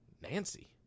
Nancy